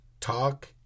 talk